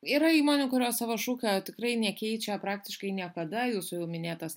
yra įmonių kurios savo šūkio tikrai nekeičia praktiškai niekada jūsų jau minėtas